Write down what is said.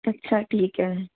अच्छा ठीक है